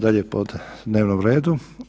dalje po dnevnom redu.